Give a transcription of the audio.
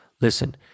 Listen